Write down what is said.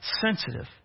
sensitive